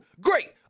great